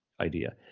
idea